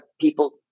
people